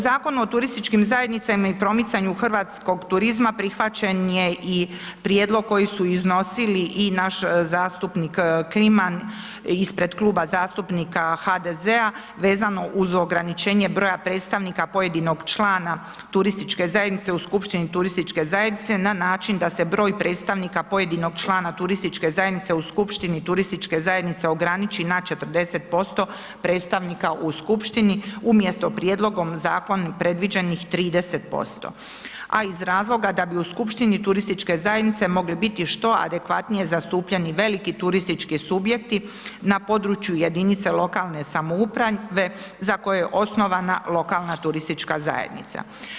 U Zakonu o turističkim zajednicama i promicanju hrvatskog turizma prihvaćen je i prijedlog koji su iznosili i naš zastupnik Kliman ispred klub zastupnika HDZ-a vezano uz ograničenje broja predstavnika pojedinog člana turističke zajednice u skupštini turističke zajednice na način da se broj predstavnik pojedinog člana turističke zajednice u skupštini turističke zajednice ograniči na 40% predstavnika u skupštini umjesto prijedlogom zakona predviđenih 30% a iz razloga da bi u skupštini turističke zajednice mogli biti što adekvatnije zastupljeni veliki turistički subjekti na području jedinice lokalne samouprave za koje je osnovana lokalna turistička zajednica.